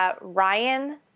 Ryan